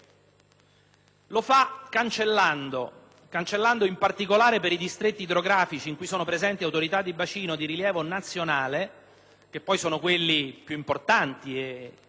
lo fa cancellando, in particolare per i distretti idrografici in cui sono presenti autorità di bacino di rilievo nazionale (che poi sono quelli più importanti), ogni